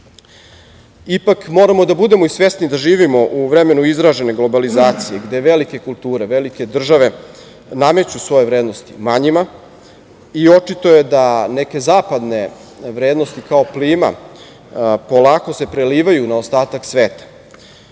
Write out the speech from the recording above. moramo da budemo i svesni da živimo u vremenu izražene globalizacije, gde velike kulture, velike države nameću svoje vrednosti manjima i očito je da neke zapadne vrednosti kao plima se polako prelivaju na ostatak sveta.